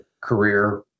career